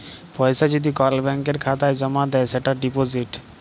পয়সা যদি কল ব্যাংকের খাতায় জ্যমা দেয় সেটা ডিপজিট